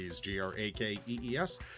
g-r-a-k-e-e-s